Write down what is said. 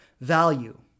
value